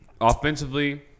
Offensively